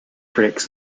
critics